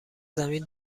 زمین